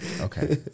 Okay